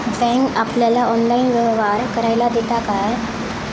Bank आपल्याला online व्यवहार करायला देता काय?